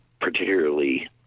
particularly